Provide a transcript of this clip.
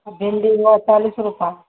भिन्डी हुई चालीस रुपया